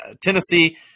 Tennessee